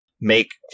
make